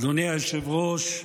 אדוני היושב-ראש,